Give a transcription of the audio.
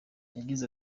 yagize